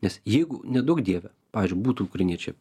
nes jeigu neduok dieve pavyzdžiui būtų ukrainiečiai